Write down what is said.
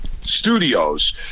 studios